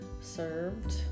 served